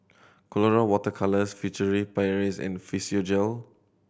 Colora Water Colours Furtere Paris and Physiogel